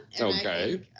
Okay